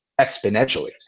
exponentially